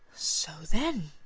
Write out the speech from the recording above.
so then,